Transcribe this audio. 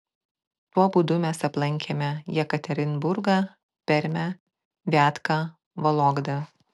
tuo būdu mes aplankėme jekaterinburgą permę viatką vologdą